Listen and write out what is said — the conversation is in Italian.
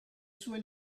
sue